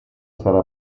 sarà